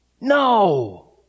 No